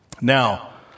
Now